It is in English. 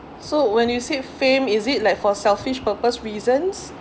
so when you say fame is it like for selfish purpose reasons